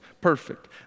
Perfect